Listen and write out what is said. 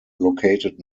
located